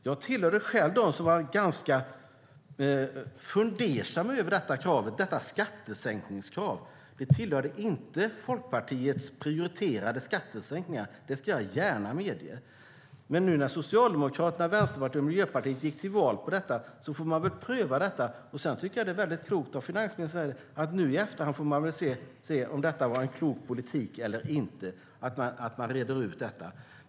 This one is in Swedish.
Jag var själv en av dem som var ganska fundersamma över detta skattesänkningskrav. Det tillhörde inte Folkpartiets prioriterade skattesänkningar, det ska jag gärna medge. Men nu när Socialdemokraterna, Vänsterpartiet och Miljöpartiet gick till val på detta får de väl pröva det också. Sedan tycker jag att det är klokt som finansministern säger att man nu i efterhand får se om detta var en klok politik eller inte.